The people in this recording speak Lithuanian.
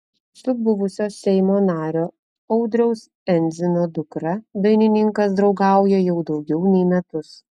su buvusio seimo nario audriaus endzino dukra dainininkas draugauja jau daugiau nei metus